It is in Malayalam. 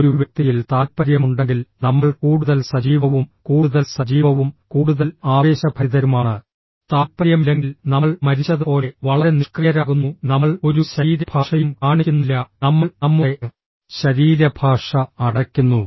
ഒരു വ്യക്തിയിൽ താൽപ്പര്യമുണ്ടെങ്കിൽ നമ്മൾ കൂടുതൽ സജീവവും കൂടുതൽ സജീവവും കൂടുതൽ ആവേശഭരിതരുമാണ് താൽപ്പര്യമില്ലെങ്കിൽ നമ്മൾ മരിച്ചതുപോലെ വളരെ നിഷ്ക്രിയരാകുന്നു നമ്മൾ ഒരു ശരീരഭാഷയും കാണിക്കുന്നില്ല നമ്മൾ നമ്മുടെ ശരീരഭാഷ അടയ്ക്കുന്നു